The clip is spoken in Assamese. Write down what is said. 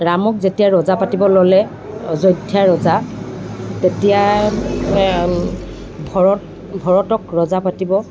ৰামক যেতিয়া ৰজা পাতিব ল'লে অযোধ্যা ৰজা তেতিয়াই ভৰত ভৰতক ৰজা পাতিব